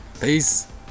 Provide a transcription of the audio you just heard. Peace